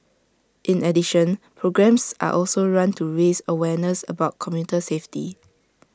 in addition programmes are also run to raise awareness about commuter safety